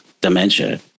dementia